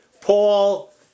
Paul